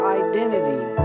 identity